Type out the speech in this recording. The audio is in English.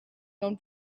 known